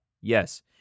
yes